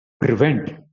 prevent